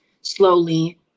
slowly